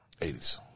80s